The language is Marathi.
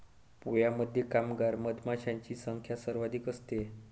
पोळ्यामध्ये कामगार मधमाशांची संख्या सर्वाधिक असते